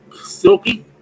silky